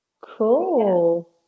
Cool